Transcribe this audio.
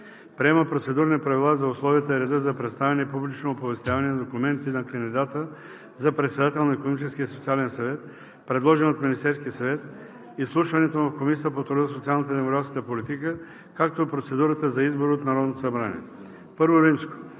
Приема Процедурни правила за условията и реда за представяне и публично оповестяване на документите на кандидата за председател на Икономическия и социален съвет, предложен от Министерския съвет, изслушването му в Комисията по труда, социалната и демографската политика, както и процедурата за избор от Народното събрание. I.